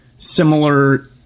similar